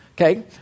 Okay